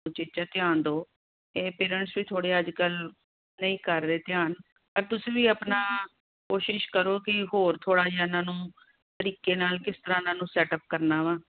ਉਚੇਚਾ ਧਿਆਨ ਦਿਓ ਇਹ ਪੇਰੈਂਟਸ ਵੀ ਥੋੜ੍ਹੇ ਅੱਜ ਕੱਲ੍ਹ ਨਹੀਂ ਕਰ ਰਹੇ ਧਿਆਨ ਪਰ ਤੁਸੀਂ ਵੀ ਆਪਣਾ ਕੋਸ਼ਿਸ਼ ਕਰੋ ਕਿ ਹੋਰ ਥੋੜ੍ਹਾ ਜਿਹਾ ਇਹਨਾਂ ਨੂੰ ਤਰੀਕੇ ਨਾਲ ਕਿਸ ਤਰ੍ਹਾਂ ਇਹਨਾਂ ਨੂੰ ਸੈੱਟਅੱਪ ਕਰਨਾ ਵਾ